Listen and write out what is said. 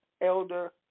Elder